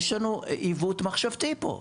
יש לנו עיוות מחשבתי פה,